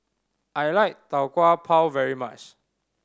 I like Tau Kwa Pau very much